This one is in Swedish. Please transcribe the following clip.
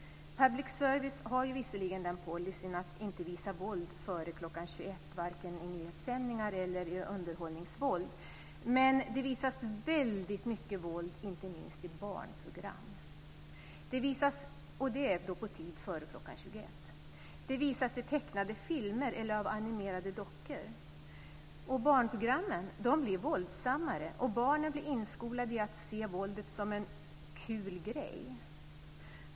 Public service har visserligen den policyn att inte visa våld före kl. 21 vare sig i nyhetssändningar eller underhållningsprogram. Men det visas väldigt mycket våld inte minst i barnprogram. Det är då på tid före kl. 21. Det visas i tecknade filmer och i program med animerade dockor. Barnprogrammen blir våldsammare, och barnen blir inskolade i att se våldet som en kul grej.